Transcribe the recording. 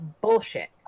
Bullshit